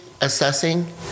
assessing